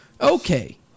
Okay